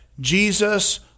Jesus